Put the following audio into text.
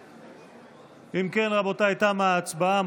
בעד אם כן, רבותיי, תמה ההצבעה.